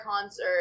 concert